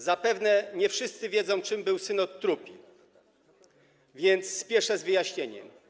Zapewne nie wszyscy wiedzą, czym był synod trupi, więc spieszę z wyjaśnieniem.